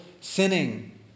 sinning